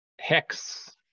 hex